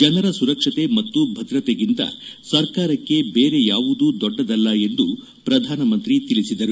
ಜನರ ಸುರಕ್ಷತೆ ಮತ್ತು ಭದ್ರತೆಗಿಂತ ಸರ್ಕಾರಕ್ಕೆ ಬೇರೆ ಯಾವುದು ದೊಡ್ಡದಲ್ಲ ಎಂದು ಪ್ರಧಾನಮಂತ್ರಿ ತಿಳಿಸಿದರು